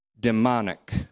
demonic